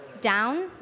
down